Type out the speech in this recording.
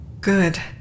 Good